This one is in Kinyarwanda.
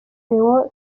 leonard